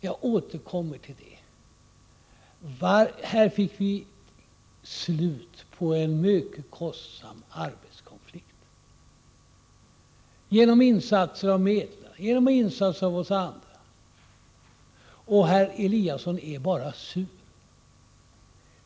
Jag återkommer till detta: Här fick vi slut på en mycket kostsam arbetskonflikt — genom insatser av medlare, genom insatser av oss andra — och herr Eliasson är bara sur!